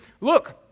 look